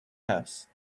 house